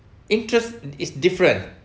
interest is different